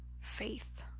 faith